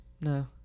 No